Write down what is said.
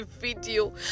video